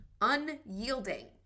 Unyielding